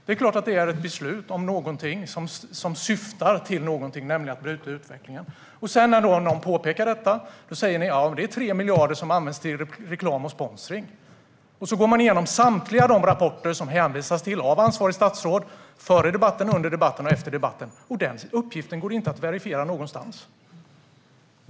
Det är klart att det är ett beslut som syftar till någonting, nämligen att bryta utvecklingen. När någon sedan påpekar detta säger ni att det är 3 miljarder som används till reklam och sponsring. Sedan går man igenom samtliga rapporter som det hänvisas till av ansvarigt statsråd före debatten, under debatten och efter debatten, och den uppgiften går inte att verifiera någonstans.